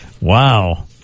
Wow